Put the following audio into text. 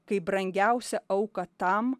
kaip brangiausią auką tam